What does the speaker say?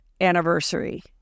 anniversary